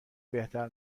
بهتر